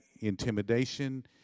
Intimidation